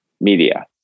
media